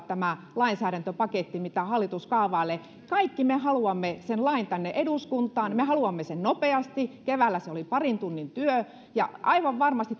tämä lainsäädäntöpaketti mitä hallitus kaavailee kaikki me haluamme sen lain tänne eduskuntaan me haluamme sen nopeasti keväällä se oli parin tunnin työ ja aivan varmasti